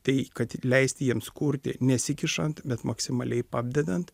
tai kad leisti jiems kurti nesikišant bet maksimaliai papdedant